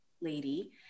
lady